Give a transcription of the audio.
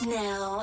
now